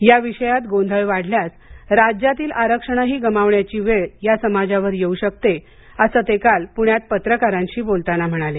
या विषयात गोंधळ वाढल्यास राज्यातील आरक्षणही गमावण्याची वेळ या समाजावर येऊ शकते असं ते काल पूण्यात पत्रकारांशी बोलताना म्हणाले